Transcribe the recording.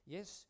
Yes